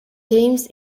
james